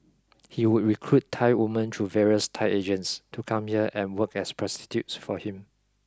he would recruit Thai women through various Thai agents to come here and work as prostitutes for him